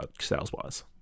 sales-wise